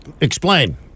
Explain